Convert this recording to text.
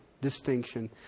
distinction